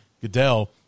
Goodell